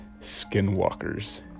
Skinwalkers